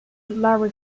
larry